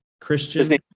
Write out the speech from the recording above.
Christian